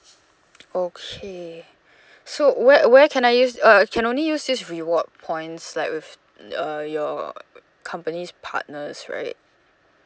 okay so where where can I use uh can only use this reward points like with uh your company's partners right